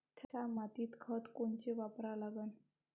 थ्या मातीत खतं कोनचे वापरा लागन?